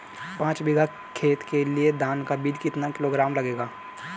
पाँच बीघा खेत के लिये धान का बीज कितना किलोग्राम लगेगा?